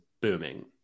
booming